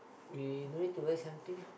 we no need to wait something ah